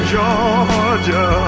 Georgia